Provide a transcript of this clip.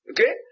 Okay